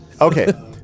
Okay